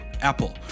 Apple